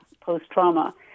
post-trauma